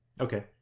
Okay